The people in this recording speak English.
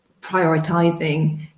prioritizing